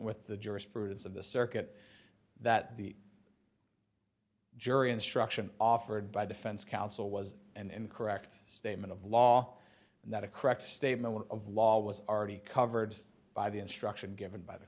with the jurisprudence of the circuit that the jury instruction offered by defense counsel was an incorrect statement of law and that a correct statement of law was already covered by the instruction given by the